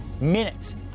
minutes